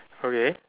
okay